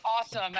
Awesome